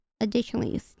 Additionally